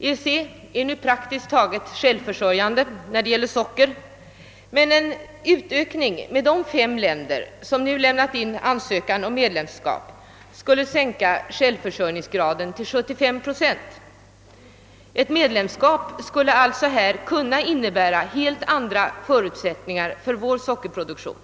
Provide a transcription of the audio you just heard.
EEC är nu praktiskt taget självförsörjande när det gäller socker, men en utökning med de fem länder, som nu har lämnat in ansökan om medlemskap, skulle sänka självförsörjningsgraden till 75 procent. Ett medlemskap skulle alltså kunna innebära helt andra förutsättningar för vår sockerproduktion.